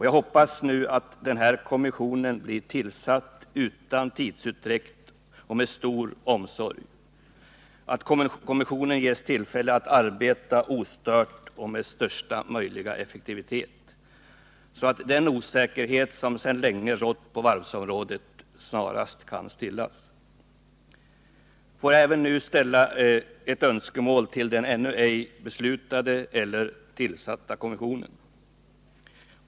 Jag hoppas att den här kommissionen blir tillsatt utan tidsutdräkt och med stor omsorg, att kommissionen ges tillfälle att arbeta ostört och med största möjliga effektivitet, så att den osäkerhet som sedan länge rått på varvsområdet snarast kan stillas. Får jag även redan nu ställa ett önskemål till den ännu ej beslutade eller tillsatta kommissionen.